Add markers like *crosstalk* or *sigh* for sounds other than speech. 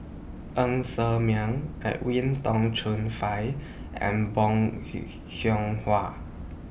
Ng Ser Miang Edwin Tong Chun Fai and Bong *unintelligible* Hiong Hwa